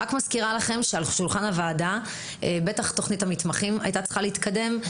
אני מזכירה לכם שעל שולחן הוועדה בטח תכנית המתמחים הייתה צריכה להתקדם,